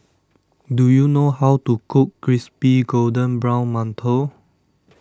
do you know how to cook Crispy Golden Brown Mantou